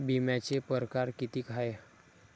बिम्याचे परकार कितीक हाय?